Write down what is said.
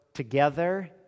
together